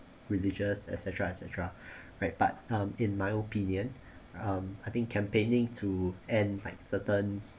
religious et cetera et cetera right but um in my opinion um I think campaigning to and might certain